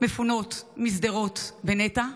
מפונות משדרות בנטע,